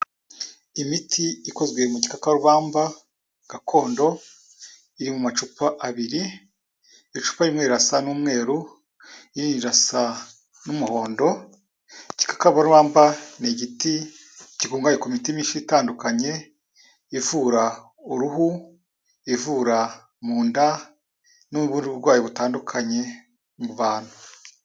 Imiti ikozwe mu gika rwamba gakondo, iri mu macupa abiri, icupa rimwerasa n'umweru, irindi rirasa n'umuhondo, Igikakarumba ni igiti gikungahaye ku mitima myinshi itandukanye ivura uruhu, ivura mu nda n'uburwayi butandukanye mu bantu.